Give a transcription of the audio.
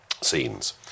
scenes